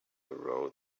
rode